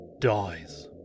dies